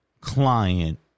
client